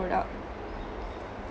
product